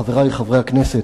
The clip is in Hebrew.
חברי חברי הכנסת,